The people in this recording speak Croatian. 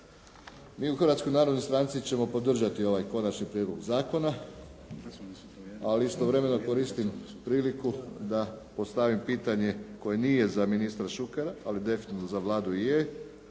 Mi u Hrvatskoj narodnoj stranci ćemo podržati ovaj Konačni prijedlog zakona, ali istovremeno koristim priliku da postavim pitanje koje nije za ministra Šukera, ali definitivno za Vladu je,